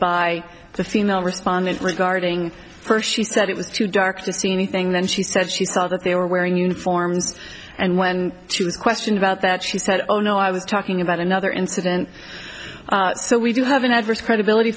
by the female respondent regarding her she said it was too dark to see anything then she said she saw that they were wearing uniforms and when she was questioned about that she said oh no i was talking about another incident so we do have an adverse credibility